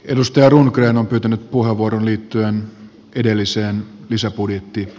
edustaja rundgren on pyytänyt puheenvuoroon liittyen edelliseen lisäbudjetti